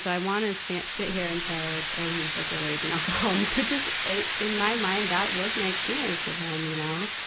so i wanna sit, sit here and say like, oh, he was like a raging alcoholic, which is, in, in my mind, that was my experience of him, you know.